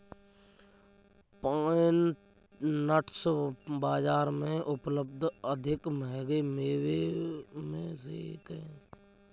pine nuts बाजार में उपलब्ध अधिक महंगे मेवों में से एक हैं